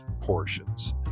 portions